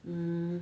mm